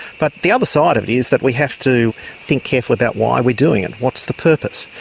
but the other side of it is that we have to think carefully about why we're doing it, what's the purpose.